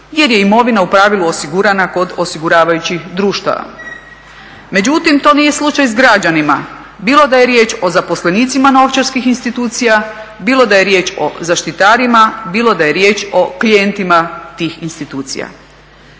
jer je imovina u pravilu osigurana kod osiguravajućih društava. Međutim, to nije slučaj s građanima, bilo da je riječ o zaposlenicima novčarskih institucija, bilo da je riječ o zaštitarima, bilo da je riječ o klijentima tih institucija